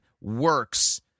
works